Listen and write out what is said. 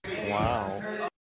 Wow